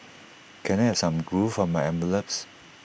can I have some glue for my envelopes